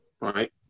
right